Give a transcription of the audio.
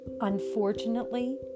Unfortunately